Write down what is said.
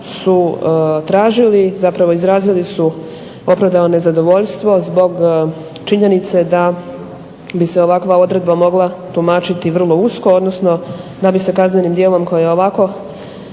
su tražili su opravdano nezadovoljstvo zbog činjenice da bi se ovakva odredba mogla tumačiti vrlo usko odnosno da bi se kaznenim djelom koje je ovako